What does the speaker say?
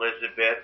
Elizabeth